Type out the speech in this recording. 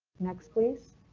next please.